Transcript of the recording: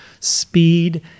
speed